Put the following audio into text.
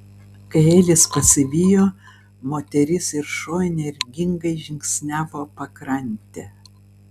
kai elis pasivijo moteris ir šuo energingai žingsniavo pakrante